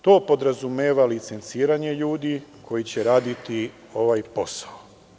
To podrazumeva licenciranje ljudi koji će raditi ovaj posao.